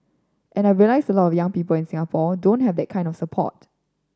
and I realised a lot of young people in Singapore don't have that kind of support